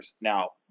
Now